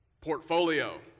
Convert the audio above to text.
portfolio